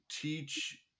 teach